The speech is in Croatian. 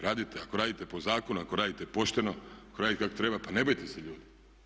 Radite, ako radite po zakonu, ako radite pošteno, ako radite kako treba pa nemojte se ljudi.